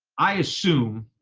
i assume